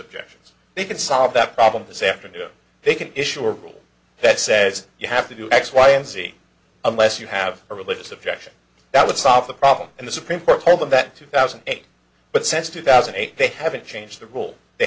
objections they can solve that problem this afternoon they can issue a rule that says you have to do x y and z unless you have a religious objection that would solve the problem and the supreme court told them that two thousand and eight but since two thousand and eight they haven't changed the rule they